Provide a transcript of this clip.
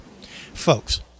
folks